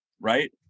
right